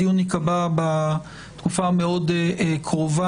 הדיון ייקבע בתקופה המאוד קרובה,